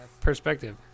perspective